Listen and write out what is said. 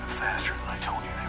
faster than i told